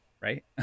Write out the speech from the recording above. right